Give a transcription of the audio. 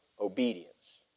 obedience